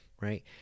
Right